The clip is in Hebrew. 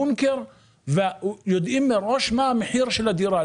בונקר, ויודעים מראש מה המחיר של הדירה.